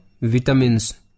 vitamins